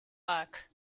luck